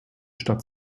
stadt